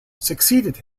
succeeded